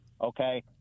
Okay